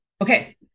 Okay